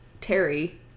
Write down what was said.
Terry